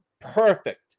perfect